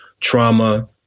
trauma